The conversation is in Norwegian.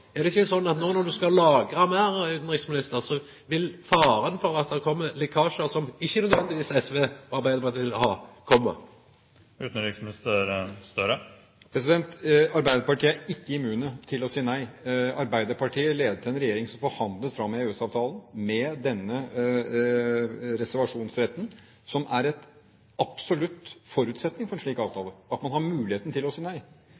Er det ikkje sånn at no når me skal lagra meir, vil det vera fare for at det kjem lekkasjar som ikkje nødvendigvis SV og Arbeidarpartiet vil ha? Arbeiderpartiet er ikke immune mot å si nei. Arbeiderpartiet ledet en regjering som forhandlet fram EØS-avtalen med denne reservasjonsretten, som er en absolutt forutsetning for en slik avtale – at man har muligheten for å si nei.